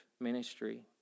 ministry